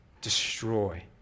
destroy